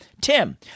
Tim